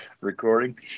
recording